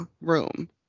room